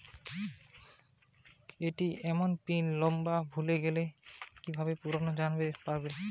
ATM PIN number ভুলে গেলে কি ভাবে পুনরায় জানতে পারবো?